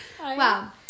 wow